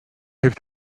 heeft